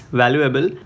valuable।